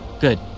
Good